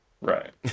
Right